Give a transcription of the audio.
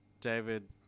David